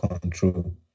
control